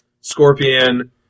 Scorpion